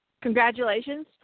Congratulations